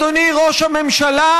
אדוני ראש הממשלה,